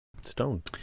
Stone